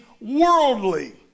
worldly